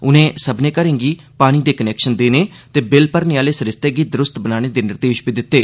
उनें सब्बनें घरें गी पानी दे कनैक्शन देने ते बिल भरने आले सरिस्ते गी दुरुस्त बनाने दे निर्देश दिते